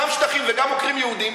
גם שטחים וגם עוקרים יהודים,